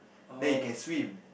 then you can swim